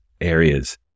areas